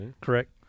Correct